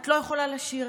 את לא יכולה לשיר,